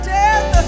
death